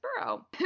Borough